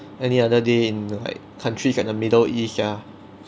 any other day in like countries like the middle east ah